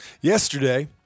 Yesterday